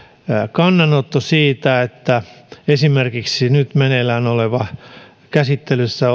kannanoton siitä että esimerkiksi nyt meneillään oleva käsittelyssä